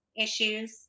issues